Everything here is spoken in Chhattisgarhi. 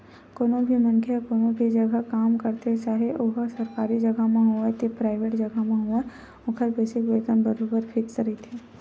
कोनो भी मनखे ह कोनो भी जघा काम करथे चाहे ओहा सरकारी जघा म होवय ते पराइवेंट जघा म होवय ओखर बेसिक वेतन बरोबर फिक्स रहिथे